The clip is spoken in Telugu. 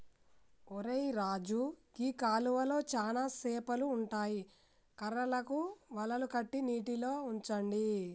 ఒరై రాజు గీ కాలువలో చానా సేపలు ఉంటాయి కర్రలకు వలలు కట్టి నీటిలో ఉంచండి